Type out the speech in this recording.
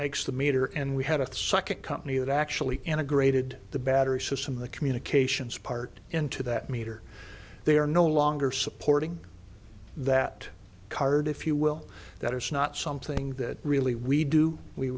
makes the meter and we had a second company that actually integrated the battery system the communications part into that meter they are no longer supporting that card if you will that is not something that really we do we